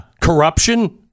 Corruption